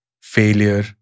failure